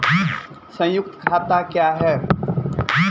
संयुक्त खाता क्या हैं?